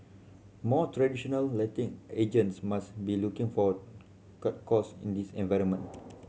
more traditional letting agents must be looking for cut costs in this environment